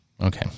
Okay